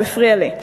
הוא הפריע לי.